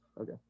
Okay